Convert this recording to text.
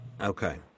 Okay